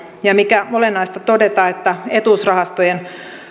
ja on olennaista todeta että etuusrahastojen